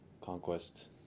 Conquest